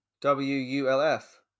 W-U-L-F